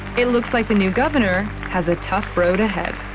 it looks like the new governor has a tough road ahead.